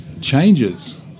changes